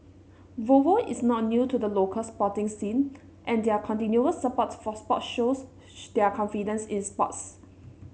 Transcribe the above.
Volvo is not new to the local sporting scene and their continuous support for sports shows their confidence in sports